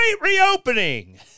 reopening